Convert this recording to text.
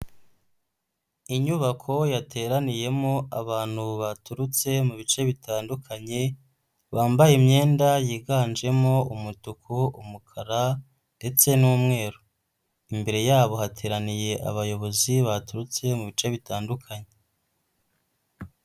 Inyubako yateraniyemo abantu baturutse mu bice bitandukanye, bambaye imyenda yiganjemo umutuku, umukara ndetse n'umweru, imbere yabo hateraniye abayobozi baturutse mu bice bitandukanye.